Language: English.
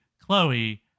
Chloe